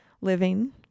living